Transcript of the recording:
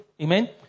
Amen